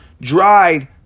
dried